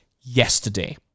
yesterday